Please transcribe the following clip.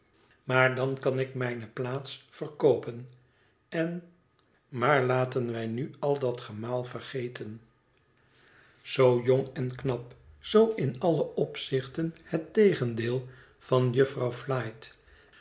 maar dan kan ik mijne plaats verkoopen en maar laten wij nu al dat gemaal vergeten zoo jong en knap zoo in alle opzichten het tegendeel van jufvrouw flite